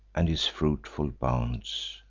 and his fruitful bounds.